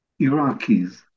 Iraqis